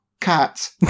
cat